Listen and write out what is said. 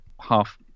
half